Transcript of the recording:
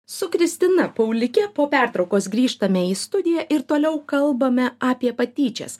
su kristina paulike po pertraukos grįžtame į studiją ir toliau kalbame apie patyčias